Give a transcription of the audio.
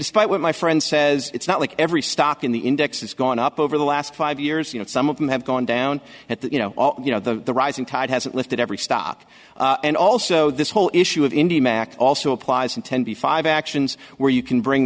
despite what my friend says it's not like every stock in the index has gone up over the last five years you know some of them have gone down at that you know you know the rising tide hasn't lifted every stock and also this whole issue of indy mac also applies in tenby five actions where you can bring